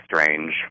strange